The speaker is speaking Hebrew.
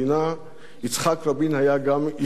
יצחק רבין היה גם איש משפחה,